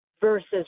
versus